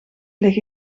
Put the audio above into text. lig